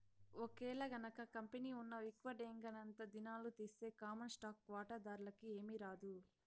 ఒకేలగనక కంపెనీ ఉన్న విక్వడేంగనంతా దినాలు తీస్తె కామన్ స్టాకు వాటాదార్లకి ఏమీరాదు